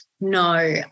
No